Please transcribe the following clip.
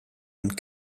and